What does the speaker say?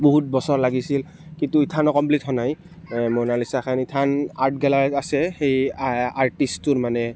বহুত বছৰ লাগিছিল কিন্তু এথানো কম্প্লিট হোৱা নাই মনালিছাখন ইথান আৰ্ট গেলাৰীত আছে সেই আৰ্টিষ্টটোৰ মানে